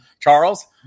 Charles